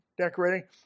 decorating